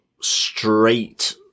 straight